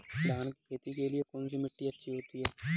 धान की खेती के लिए कौनसी मिट्टी अच्छी होती है?